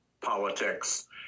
politics